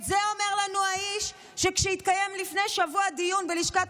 את זה אומר לנו האיש שכשהתקיים לפני שבוע דיון בלשכת